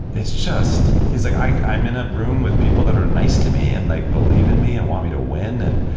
it's just he's like, i'm in a room with people that are nice to me and like believe in me and want me to win. and